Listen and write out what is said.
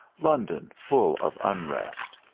london full of unrest.